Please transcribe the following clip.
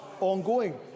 ongoing